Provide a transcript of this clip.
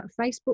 facebook